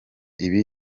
ibi